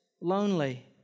lonely